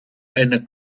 einer